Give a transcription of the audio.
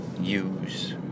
use